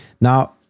Now